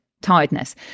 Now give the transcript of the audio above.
tiredness